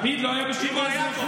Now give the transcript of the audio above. לפיד לא היה בשיעורי אזרחות.